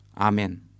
amen